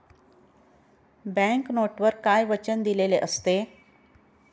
Bank नोटवर काय वचन दिलेले असते?